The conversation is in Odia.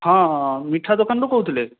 ହଁ ହଁ ମିଠା ଦୋକାନରୁ କହୁଥିଲେ